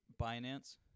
Binance